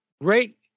Great